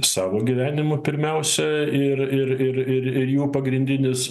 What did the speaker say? savo gyvenimu pirmiausia ir ir ir ir jų pagrindinis